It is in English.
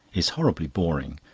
is horribly boring.